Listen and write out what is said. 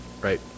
Right